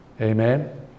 Amen